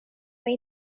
mig